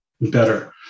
better